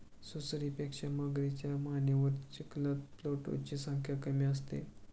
सुसरीपेक्षा मगरीच्या मानेवर चिलखत प्लेटोची संख्या कमी असते